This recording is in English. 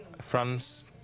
France